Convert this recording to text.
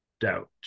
doubt